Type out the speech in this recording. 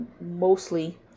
mostly